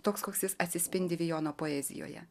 toks koks jis atsispindi jono poezijoje